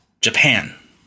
Japan